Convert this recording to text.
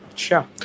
Sure